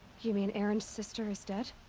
you mean erend's sister is dead?